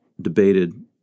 debated